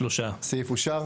3 אושר.